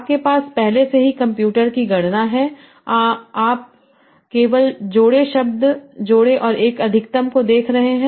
आपके पास पहले से ही कंप्यूटर की गणना है अब आप केवल जोड़े शब्द जोड़े और एक अधिकतम को देख रहे हैं